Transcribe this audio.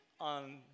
on